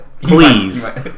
Please